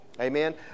Amen